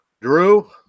Drew